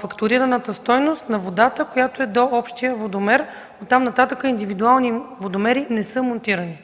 фактурираната стойност на водата, която е до общия водомер. Оттам-нататък – индивидуални водомери не са монтирани.